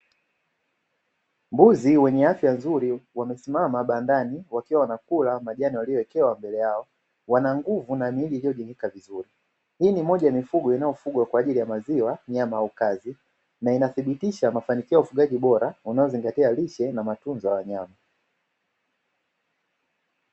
Mbuzi wenye afya nzuri wamesimama bandani wakiwa wanakula majani waliyowekewa mbele yao wana nguvu na miili iliyojengeka vizuri. Hii ni moja ya mifugo inayofugwa kwa ajili ya maziwa, nyama au kazi; na inathibitisha mafanikio ya ufugaji bora unaozingatia lishe na matunzo ya wanyama.